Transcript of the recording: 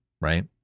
right